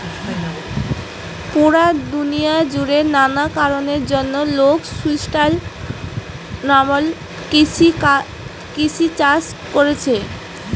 পুরা দুনিয়া জুড়ে নানা কারণের জন্যে লোক সুস্টাইনাবল কৃষি চাষ কোরছে